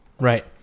Right